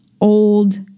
old